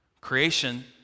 Creation